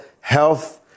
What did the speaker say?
health